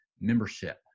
membership